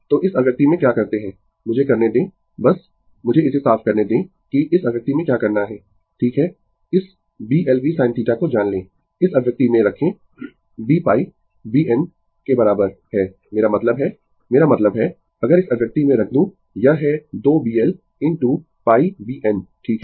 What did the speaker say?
तो इस अभिव्यक्ति में क्या करते है मुझे करने दें बस मुझे इसे साफ करने दें कि इस अभिव्यक्ति में क्या करना है ठीक है इस Bl v sin θ को जान लें इस अभिव्यक्ति में रखें b π b n के बराबर है मेरा मतलब है मेरा मतलब है अगर इस अभिव्यक्ति में रख दूँ यह है 2 Bl इनटू π B n ठीक है